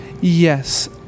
Yes